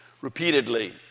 Repeatedly